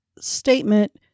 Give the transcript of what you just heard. statement